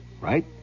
Right